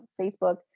Facebook